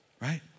right